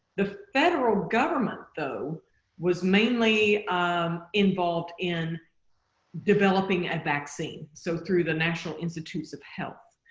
the federal government though was mainly um involved in developing a vaccine so through the national institutes of health.